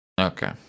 Okay